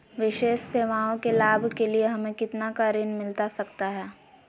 विशेष सेवाओं के लाभ के लिए हमें कितना का ऋण मिलता सकता है?